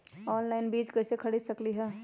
Online बीज कईसे खरीद सकली ह?